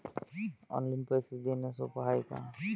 Online पैसे देण सोप हाय का?